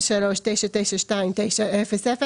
24.03.191000, 24.03.91190000,